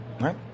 right